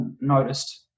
noticed